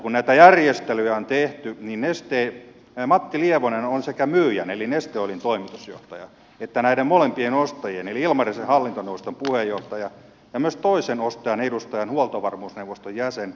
kun näitä järjestelyjä on tehty niin matti lievonen on sekä myyjän eli neste oilin toimitusjohtaja että näiden molempien ostajien eli ilmarisen hallintoneuvoston puheenjohtaja ja myös toisen ostajan edustajan huoltovarmuusneuvoston jäsen